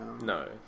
no